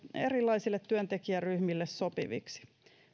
erilaisille työntekijäryhmille sopiviksi